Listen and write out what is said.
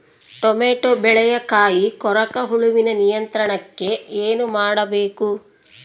Tomato ಬೆಳೆಯ ಕಾಯಿ ಕೊರಕ ಹುಳುವಿನ ನಿಯಂತ್ರಣಕ್ಕೆ ಏನು ಮಾಡಬೇಕು?